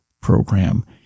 program